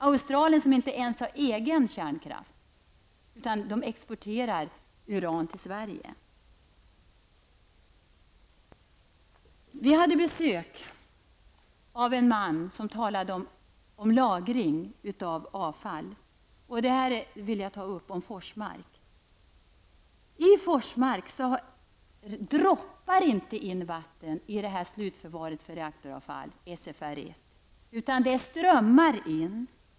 Australien har inte ens egen kärnkraft, men man exporterar uran till Sverige. Vi hade besök av en man som talade om lagring av avfall. Jag vill ta upp detta om Forsmark. I Forsmark droppar det inte in vatten i slutförvaret för reaktoravfall SFR 1 -- det strömmar in!